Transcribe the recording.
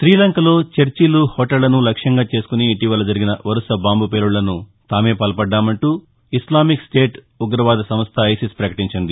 శ్రీలంకలో చర్చిలు హెూటళ్లను లక్ష్యంగా చేసుకొని ఇటీవల జరిగిన వరుస బాంబు పేలుళ్లకు తామే పాల్పడ్డామంటూ ఇస్లామిక్ స్టేట్ ఉగ్రవాద సంస్ట ఐసిస్ పకటించింది